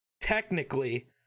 Technically